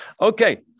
Okay